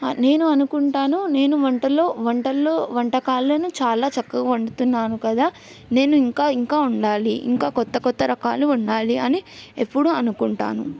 నేను అనుకుంటాను నేను వంటలో వంటల్లో వంటకాలను చాలా చక్కగా వండుతున్నాను కదా నేను ఇంకా ఇంకా వండాలి ఇంకా కొత్త కొత్త రకాలు వండాలి అని ఎప్పుడూ అనుకుంటాను